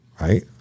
Right